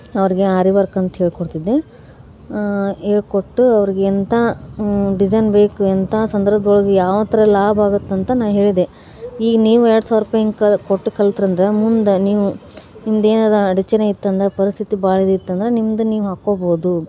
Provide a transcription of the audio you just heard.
ಅವರಿಗೆ ಆರಿ ವರ್ಕ್ ಅಂತ ಹೇಳ್ಕೊಡ್ತಿದ್ದೆ ಹೇಳ್ಕೊಟ್ಟು ಅವರಿಗೆ ಎಂಥ ಡಿಸೈನ್ ಬೇಕು ಎಂಥ ಸಂದರ್ಭದೊಳ್ಗೆ ಯಾವ ಥರ ಲಾಭ ಆಗುತ್ತೆ ಅಂತ ನಾನು ಹೇಳಿದೆ ಈಗ ನೀವು ಎರ್ಡು ಸಾವಿರ ರೂಪಾಯಿ ಹೀಗೆ ಕೊಟ್ಟು ಕಲಿತ್ರಿ ಅಂದ್ರ ಮುಂದೆ ನೀವು ನಿಮ್ದು ಏನಿದೆ ಅಡಚಣೆ ಇತ್ತು ಅಂಥ ಪರಿಸ್ಥಿತಿ ಭಾಳ ಇತ್ತು ಅಂದ್ರ ನಿಮ್ಮದು ನೀವು ಹಾಕ್ಕೊಳ್ಬೋದು